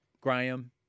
Graham